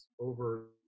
over